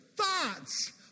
thoughts